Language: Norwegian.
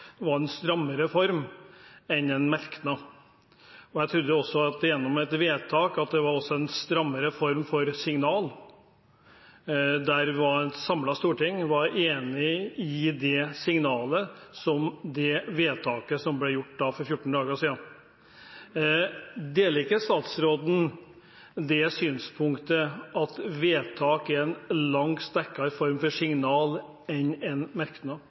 var en strammere form enn en merknad. Jeg trodde også at et vedtak var en strammere form for signal. Et samlet storting var enig i det signalet som lå i det vedtaket som ble gjort for 14 dager siden. Deler ikke statsråden det synspunktet at et vedtak er en langt sterkere form for signal enn en merknad?